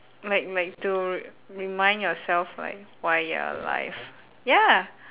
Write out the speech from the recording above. like like to re~ remind yourself like why you're alive ya